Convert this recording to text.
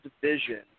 division